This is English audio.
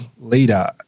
leader